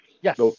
Yes